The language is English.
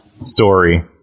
story